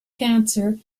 cancer